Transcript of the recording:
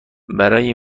برای